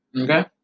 okay